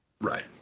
Right